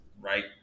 right